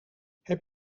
heb